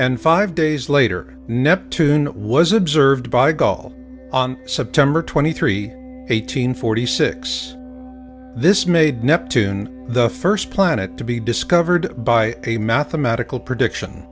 and five days later neptune was observed by gaul on september twenty three eight hundred forty six this made neptune the first planet to be discovered by a mathematical prediction